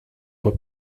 were